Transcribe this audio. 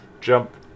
jump